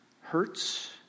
hurts